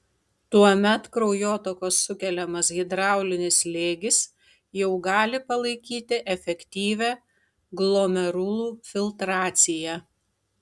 tuomet kraujotakos sukeliamas hidraulinis slėgis jau gali palaikyti efektyvią glomerulų filtraciją